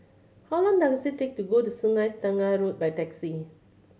how long does it take to get to Sungei Tengah Road by taxi